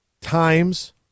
times